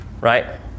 right